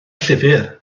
llyfr